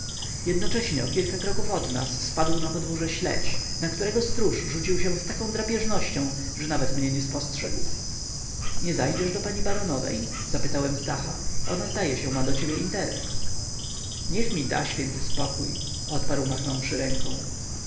jednocześnie o kilka kroków od nas spadł na podwórze śledź na którego stróż rzucił się z taką drapieżnością że nawet mnie nie spostrzegł nie zajdziesz do pani baronowej zapytałem stacha ona zdaje się ma do ciebie interes niech mi da święty spokój odparł machnąwszy ręką